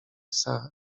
sara